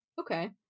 Okay